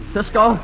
Cisco